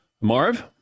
Marv